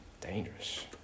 dangerous